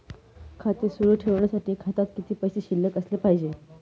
खाते सुरु ठेवण्यासाठी खात्यात किती पैसे शिल्लक असले पाहिजे?